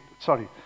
Sorry